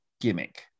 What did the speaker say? gimmick